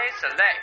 Select